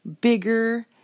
bigger